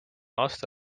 aasta